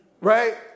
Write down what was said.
right